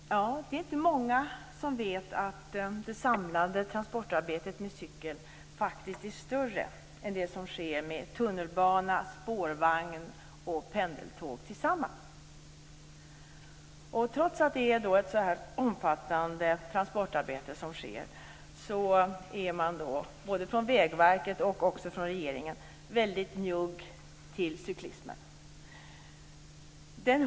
Fru talman! Det är inte många som vet att det samlade transportarbetet med cykel faktiskt är större än det som sker med tunnelbana, spårvagn och pendeltåg tillsammans. Trots detta omfattande transportarbete är man från både Vägverkets och regeringens sida väldigt njugg gentemot cyklisterna.